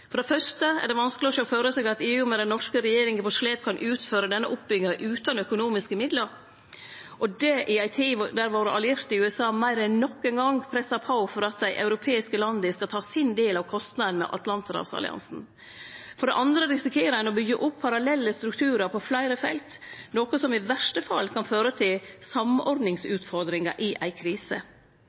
for NATO-deltakinga. For det fyrste er det vanskeleg å sjå føre seg at EU, med den norske regjeringa på slep, kan utføre denne oppbygginga utan økonomiske midlar, og det i ei tid der våre allierte i USA meir enn nokon gong pressar på for at dei europeiske landa skal ta sin del av kostnaden med Atlanterhavsalliansen. For det andre risikerer ein å byggje opp parallelle strukturar på fleire felt, noko som i verste fall kan føre til samordningsutfordringar i ei krise.